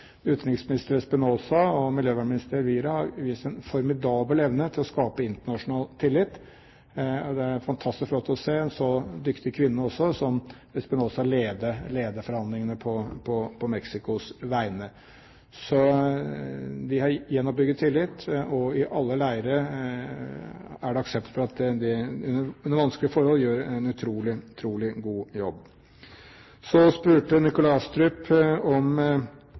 Utenriksminister Espinosa og miljøvernminister Elvira har vist en formidabel evne til å skape internasjonal tillit. Det er fantastisk flott å se en så dyktig kvinne også som Espinosa lede forhandlingene på Mexicos vegne. Så vi har gjenoppbygget tillit, og i alle leirer er det aksept for at de under vanskelige forhold gjør en utrolig god jobb. Så spurte Nikolai Astrup om